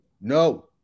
no